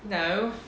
no